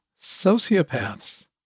sociopaths